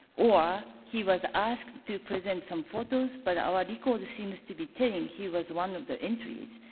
or he was asked to present some photos. but our records seems to be telling, he was one of the entries.